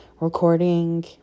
recording